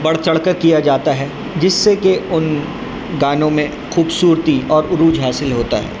بڑھ چڑھ کر کیا جاتا ہے جس سے کہ ان گانوں میں خوبصورتی اور عروج حاصل ہوتا ہے